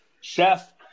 chef